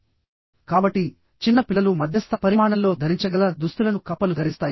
కాబట్టిచిన్న పిల్లలు మధ్యస్థ పరిమాణంలో ధరించగల దుస్తులను కప్పలు ధరిస్తాయి